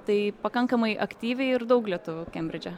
tai pakankamai aktyviai ir daug lietuvių kembridže